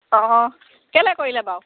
অঁ কেলে কৰিলে বাৰু